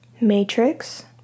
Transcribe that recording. matrix